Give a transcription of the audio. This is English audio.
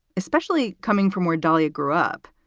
especially coming from where dolly grew up.